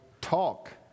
talk